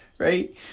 Right